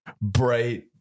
bright